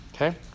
Okay